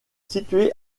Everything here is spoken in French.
située